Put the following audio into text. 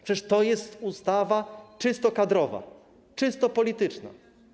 Przecież to jest ustawa czysto kadrowa, czysto polityczna.